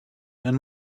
and